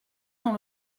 dans